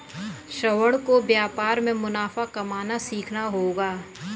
श्रवण को व्यापार में मुनाफा कमाना सीखना होगा